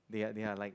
they are they are like